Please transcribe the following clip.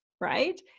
right